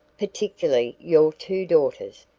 particularly your two daughters.